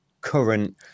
current